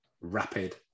rapid